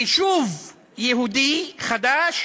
יישוב יהודי חדש